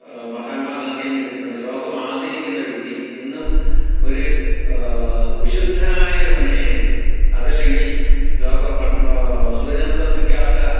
മഹാത്മാഗാന്ധിയിൽ നിന്ന് കിട്ടുന്നത് ലോകം ആദരിക്കുന്ന വ്യക്തി ഇന്നും ഒര് വിശുദ്ധനായൊരു മനുഷ്യൻ അതല്ലങ്കിൽ ലോക സൂര്യനസ്തമിക്കാത്ത